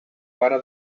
vara